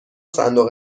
صندوق